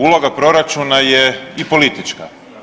Uloga proračuna je i politička.